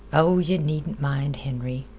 oh, yeh needn't mind, henry,